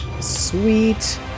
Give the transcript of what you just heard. Sweet